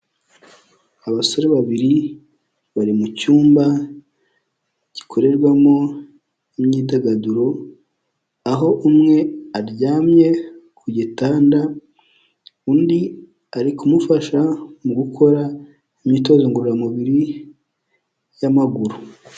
Abasore babiri bari mu cyumba gikorerwamo imyidagaduro, aho umwe aryamye ku gitanda, undi ari kumufasha mu gukora imyitozo ngororamubiri y'amaguru.